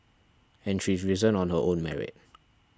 and she's risen on her own merit